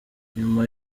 nyuma